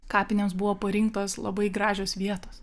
kapinėms buvo parinktos labai gražios vietos